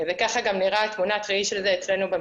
וככה גם נראית תמונת הראי של זה אצלנו במשרד.